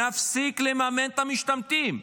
נפסיק לממן את המשתמטים.